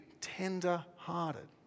tender-hearted